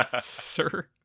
sir